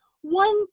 one